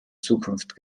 zukunft